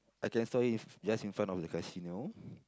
I can saw it's just in front of the casino